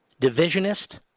divisionist